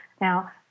now